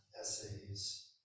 essays